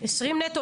20,000 נטו?